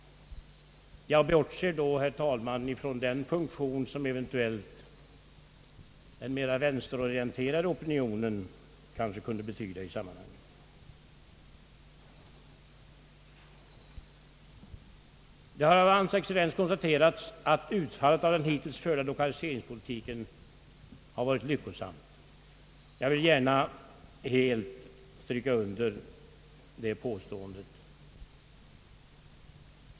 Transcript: Jag bortser då från vad den mera vänsterorienterade opinionen eventuellt skulle kunna betyda i sammanhanget. Det har av hans excellens konstaterats att utfallet av den hittills förda lokaliseringspolitiken har varit lyckosamt. Jag vill gärna helt stryka under det påståendet.